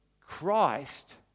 Christ